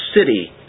city